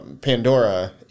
Pandora